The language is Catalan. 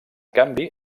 canvi